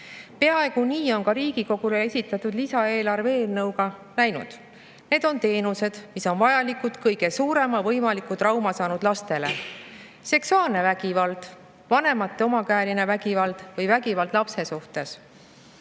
Peaaegu nii on ka Riigikogule esitatud lisaeelarve eelnõuga läinud. Need on teenused, mis on vajalikud kõige suurema võimaliku trauma saanud lastele: seksuaalne vägivald, vanemate omakäeline vägivald või vägivald lapse suhtes,